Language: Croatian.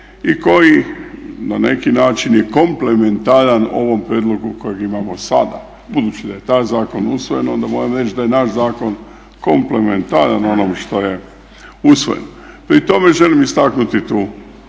i koji je na neki način komplementaran ovom prijedlogu kojeg imamo sada. Budući da je taj zakon usvojen onda moram reći da je naš zakon komplementaran onome što je usvojen. Pri tome želim istaknuti tu